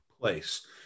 place